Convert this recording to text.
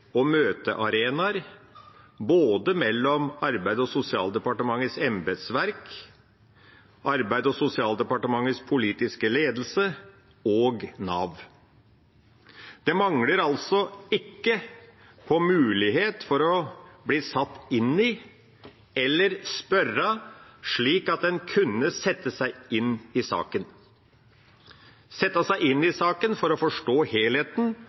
og møtearenaer mellom både Arbeids- og sosialdepartementets embetsverk, Arbeids- og sosialdepartementets politiske ledelse og Nav. Det manglet altså ikke muligheter for å bli satt inn i saken eller spørre slik at en kunne sette seg inn i saken – sette seg inn i saken for å forstå helheten